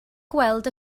gweld